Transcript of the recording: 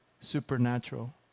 supernatural